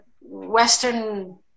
Western